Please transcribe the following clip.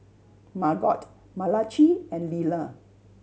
Margot Malachi and Liller